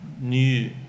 new